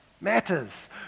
matters